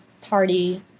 party